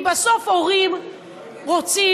כי בסוף הורים רוצים,